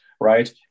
right